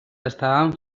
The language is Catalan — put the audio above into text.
estaven